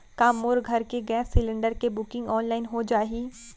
का मोर घर के गैस सिलेंडर के बुकिंग ऑनलाइन हो जाही?